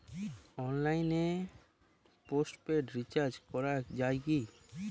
অনলাইনে postpaid recharge করা যায় কি?